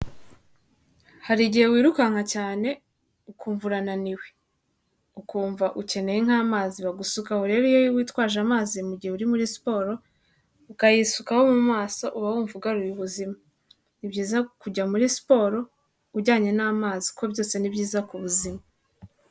Hari igihe wirukanka cyane ukumva urananiwe, ukumva ukeneye nk'amazi bagusukaho rero iyo witwaje amazi mu gihe uri muri siporo ukayisukaho mu maso uba wumva ugaruye ubuzima, ni byiza kujya muri siporo ujyanye n'amazi kuko byose ni byiza ku buzima.